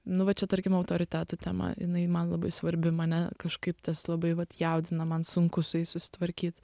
nu va čia tarkim autoritetų tema jinai man labai svarbi mane kažkaip tas labai vat jaudina man sunku su jais susitvarkyt